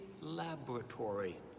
laboratory